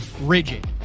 rigid